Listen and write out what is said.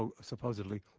supposedly